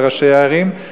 לראשי הערים,